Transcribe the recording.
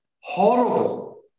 horrible